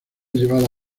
llevada